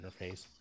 interface